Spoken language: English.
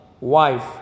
wife